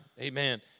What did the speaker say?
Amen